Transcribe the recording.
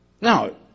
Now